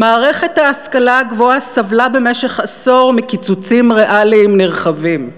"מערכת ההשכלה הגבוהה סבלה במשך עשור מקיצוצים ריאליים נרחבים בתקציב.